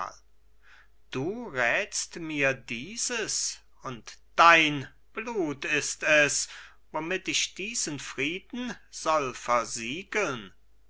du rätst mir dieses und dein blut ist es womit ich diesen frieden soll versiegeln